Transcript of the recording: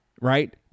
right